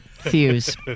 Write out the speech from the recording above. Fuse